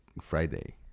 Friday